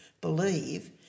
believe